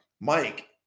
Mike